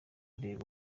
reba